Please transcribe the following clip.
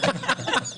תצטרכו להסביר את זה.